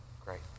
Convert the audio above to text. great